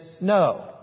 no